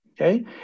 Okay